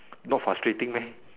not frustrating meh